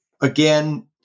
again